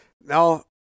Now